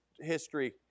history